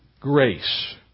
grace